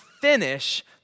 finish